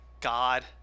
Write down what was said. God